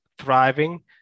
thriving